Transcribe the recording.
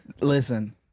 Listen